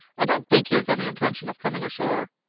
i don't think he has any intention of coming ashore.